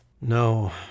No